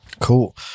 Cool